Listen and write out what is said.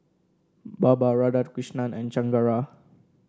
Baba Radhakrishnan and Chengara